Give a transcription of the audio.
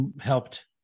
helped